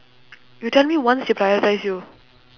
you tell me once she prioritise you